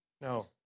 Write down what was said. No